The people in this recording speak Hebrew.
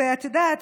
ואת יודעת,